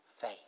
faith